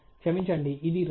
క్షమించండి ఇది రంగు